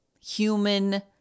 human